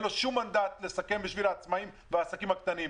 לו שום מנדט לסכם בשביל העצמאים והעסקים הקטנים.